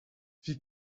wie